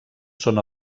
són